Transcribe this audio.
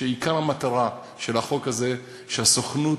כשעיקר המטרה של החוק הזה היא שהסוכנות